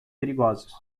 perigosos